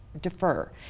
defer